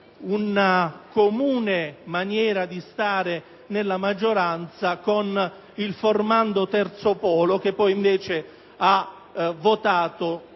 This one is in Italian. una comune maniera di stare nella maggioranza con il formando terzo polo, che poi invece ha votato